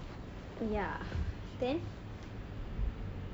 then